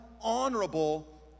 honorable